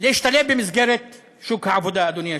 להשתלב במסגרת שוק העבודה, אדוני היושב-ראש.